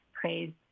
praise